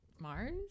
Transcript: Mars